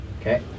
Okay